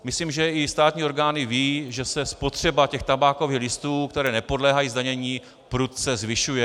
Myslím, že i státní orgány vědí, že se spotřeba tabákových listů, které nepodléhají zdanění, prudce zvyšuje.